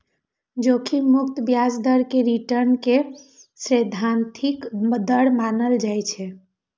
जोखिम मुक्त ब्याज दर कें रिटर्न के सैद्धांतिक दर मानल जाइ छै